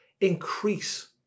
increase